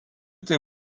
tai